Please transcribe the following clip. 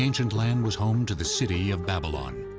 ancient land was home to the city of babylon,